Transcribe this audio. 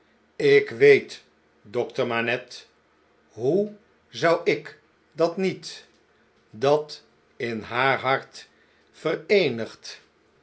ik weet dokter manette hoe zou ik dat niet dat in haar hart